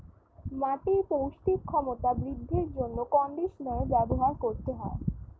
মাটির পৌষ্টিক ক্ষমতা বৃদ্ধির জন্য কন্ডিশনার ব্যবহার করতে হয়